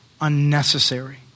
unnecessary